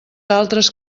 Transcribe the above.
altres